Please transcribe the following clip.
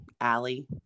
Allie